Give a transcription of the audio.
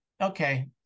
Okay